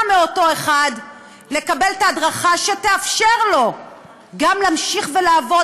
מאותו אחד לקבל את ההדרכה שתאפשר לו גם להמשיך ולעבוד,